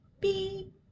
Beep